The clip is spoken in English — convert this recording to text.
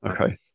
okay